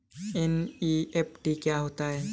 NEFT क्या होता है?